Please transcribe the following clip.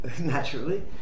naturally